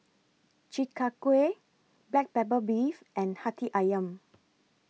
Chi Kak Kuih Black Pepper Beef and Hati Ayam